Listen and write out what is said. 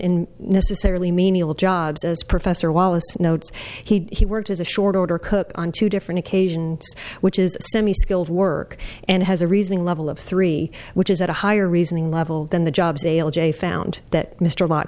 in necessarily menial jobs as professor wallace notes he worked as a short order cook on two different occasions which is semi skilled work and has a reasoning level of three which is at a higher reasoning level than the jobs a l j found that mr lot